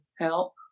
help